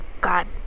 God